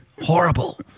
Horrible